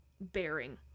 bearing